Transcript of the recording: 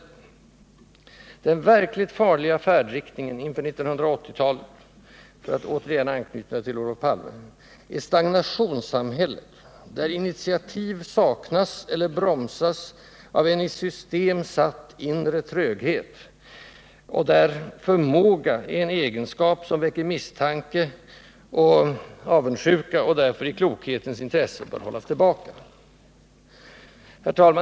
Den verkligt farliga färdriktningen inför 1980-talet — för att återigen anknyta till Olof Palme —är in i stagnationssamhället, där initiativ saknas eller bromsas av en i system satt inre tröghet och där förmåga är en egenskap som väcker misstänksamhet och avundsjuka och därför av den kloke i jämlikhetens intresse bör hållas tillbaka. Herr talman!